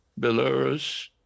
Belarus